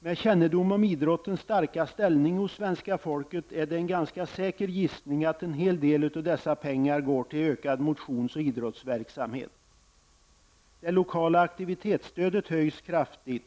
Med kännedom om idrottens starka ställning hos svenska folket är det en ganska säker gissning att en hel del av dessa pengar går till en ökad motions och idrottsverksamhet. -- Det lokala aktivitetsstödet höjs kraftigt.